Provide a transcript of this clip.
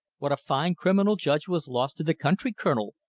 what a fine criminal judge was lost to the country, colonel,